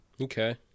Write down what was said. Okay